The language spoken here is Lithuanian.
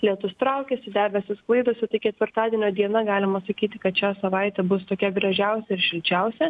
lietus traukiasi debesys sklaidosi tai ketvirtadienio diena galima sakyti kad šią savaitę bus tokia gražiausia ir šilčiausia